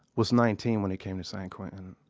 was nineteen when he came to san quentin.